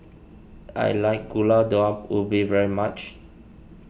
I like Gulai Daun Ubi very much